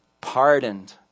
pardoned